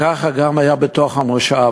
ככה גם היה בתוך המושב.